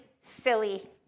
silly